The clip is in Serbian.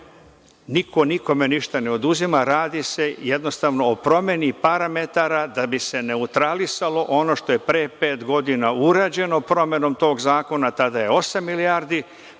Niko, nikome ništa ne oduzima, radi se jednostavno o promeni parametara da bi se neutralisalo ono što je pre pet godina urađeno promenom tog zakona, tada je osam milijardi